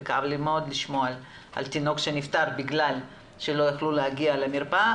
וכאב לי מאוד לשמוע על תינוק שנפטר בגל שלא יכלו להגיע למרפאה,